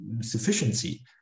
sufficiency